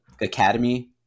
academy